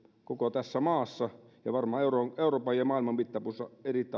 koko tässä maassa ja on varmaan euroopan euroopan ja maailman mittapuussa erittäin